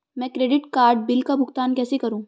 मैं credit card bill का भुगतान कैसे करूं?